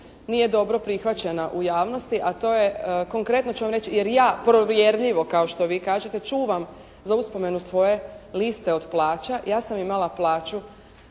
nije dobro pihvaćena u javnosti, a to je, konkretno ću vam reći, jer ja provjerljivo kao što vi kažete, čuvam za uspomenu svoje liste od plaća. Ja sam imala plaću